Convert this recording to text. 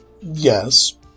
Yes